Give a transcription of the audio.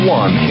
one